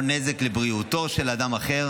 -- נגרמה חבלה לגופו או נזק לבריאותו של אדם אחר.